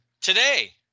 today